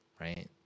right